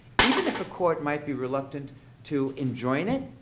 even if a court might be reluctant to enjoin it,